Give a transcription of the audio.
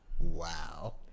Wow